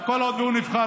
כל עוד הוא נבחר,